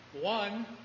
one